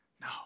No